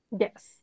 Yes